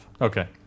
Okay